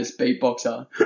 beatboxer